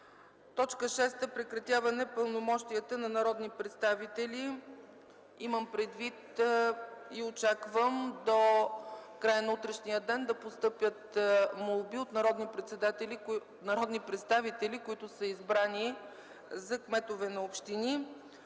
г. 6. Прекратяване пълномощията на народни представители. Имам предвид и очаквам до края на утрешния ден да постъпят молби от народни представители, които са избрани за кметове на общини.